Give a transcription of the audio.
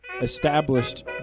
established